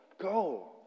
go